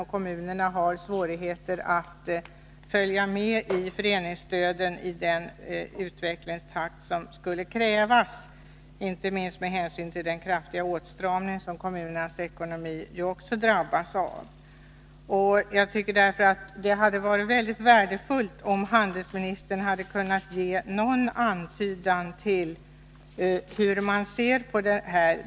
Och kommunerna har — inte minst på grund av den kraftiga åstramning som kommunernas ekonomi också drabbas av — svårigheter att låta föreningsstödets storlek följa den utvecklingstakt som skulle krävas. Det hade därför varit mycket värdefullt, om handelsministern hade kunnat ge någon antydan om hur regeringen ser på denna fråga.